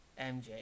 MJ